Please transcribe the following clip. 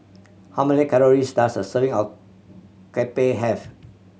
how many calories does a serving of have